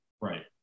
right